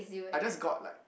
I just got like